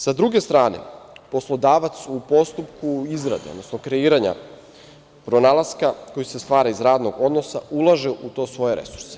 Sa druge strane, poslodavac u postupku izrade, odnosno kreiranja pronalaska koji se stvara iz radnog odnosa ulaže u to svoje resurse.